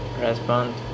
respond